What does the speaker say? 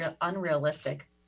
unrealistic